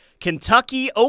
Kentucky